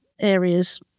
areas